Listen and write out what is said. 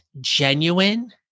genuine